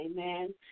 amen